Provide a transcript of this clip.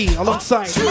alongside